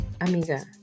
amiga